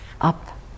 up